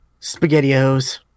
SpaghettiOs